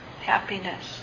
happiness